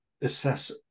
assess